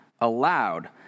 allowed